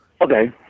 Okay